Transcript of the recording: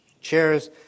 chairs